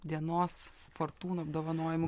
dienos fortūnų apdovanojimų